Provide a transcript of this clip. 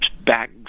back